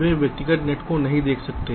वे व्यक्तिगत नेट को नहीं देखते हैं